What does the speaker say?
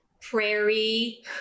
prairie